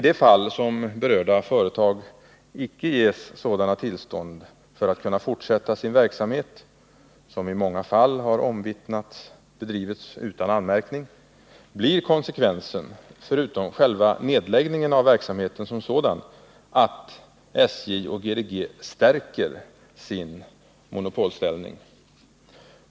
Då berörda företag icke ges tillstånd att fortsätta sin verksamhet — i många fall har det omvittnats att den bedrivits utan anmärkning — blir konsekvensen, förutom själva nedläggningen av verksamheten som sådan, att SJ och 'GDG stärker sin monopolställning.